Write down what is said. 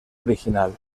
original